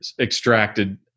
extracted